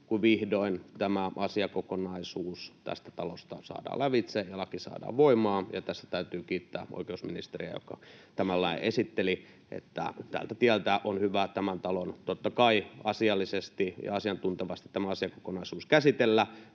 kun vihdoin tämä asiakokonaisuus tästä talosta saadaan lävitse ja laki saadaan voimaan. Tässä täytyy kiittää oikeusministeriä, joka tämän lain esitteli, että tältä tieltä on hyvä tämän talon — totta kai — asiallisesti ja asiantuntevasti tämä asiakokonaisuus käsitellä,